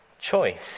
choice